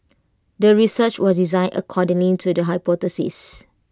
the research was designed accordingly to the hypothesis